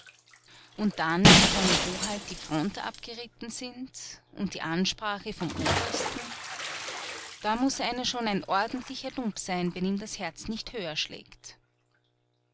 und dann wie seine hoheit die front abgeritten sind und die ansprache vom obersten da muß einer schon ein ordentlicher lump sein wenn ihm das herz nicht höher schlägt